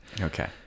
okay